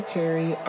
Perry